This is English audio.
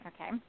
Okay